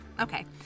Okay